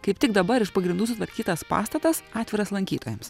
kaip tik dabar iš pagrindų sutvarkytas pastatas atviras lankytojams